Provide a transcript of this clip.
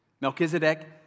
Melchizedek